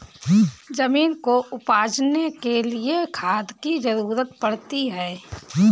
ज़मीन को उपजाने के लिए खाद की ज़रूरत पड़ती है